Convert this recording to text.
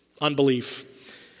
unbelief